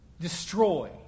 Destroy